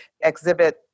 exhibit